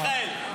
מיכאל,